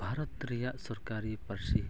ᱵᱷᱟᱨᱚᱛ ᱨᱮᱭᱟᱜ ᱥᱚᱨᱠᱟᱨᱤ ᱯᱟᱹᱨᱥᱤ